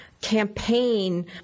campaign